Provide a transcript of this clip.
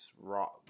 Raw